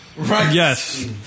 Yes